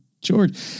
George